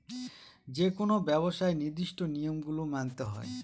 যেকোনো ব্যবসায় নির্দিষ্ট নিয়ম গুলো মানতে হয়